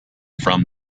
from